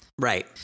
Right